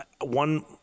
One